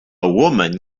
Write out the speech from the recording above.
woman